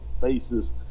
faces